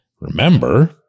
remember